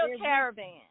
caravan